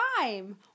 time